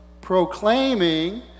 proclaiming